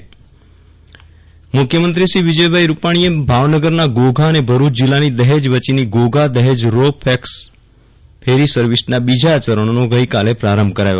Viral Rana Dahej Ghogha roro ferry મુખ્યમંત્રીશ્રી વિજયભાઈ રૂપાષ્ટીએ ભાવનગરના ઘોઘા અને ભરૂચ જિલ્લાની દહેજ વચ્ચેની Ghogha Dahej ro pax ferry સર્વિસના બીજા ચરજ્ઞનો આજે પ્રારંભ કરાવ્યો